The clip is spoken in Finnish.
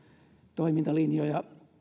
toimintalinjoja